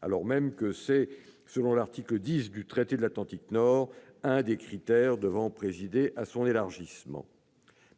qui est pourtant, selon l'article 10 du traité de l'Atlantique Nord, l'un des critères devant présider à son élargissement.